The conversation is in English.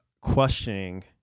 questioning